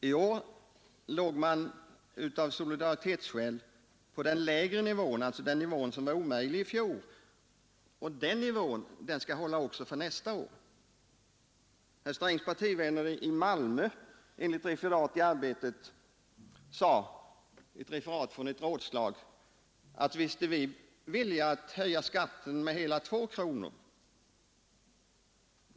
I år höll man sig av solidaritetsskäl på den lägre nivån, alltså den man ansåg omöjlig i fjol, och den nivån skall hållas också nästa år. Herr Strängs partivänner i Malmö sade enligt ett referat i Arbetet från ett rådslag att de var villiga att höja skatten med hela två kronor.